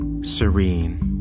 serene